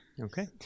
Okay